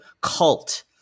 cult